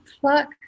pluck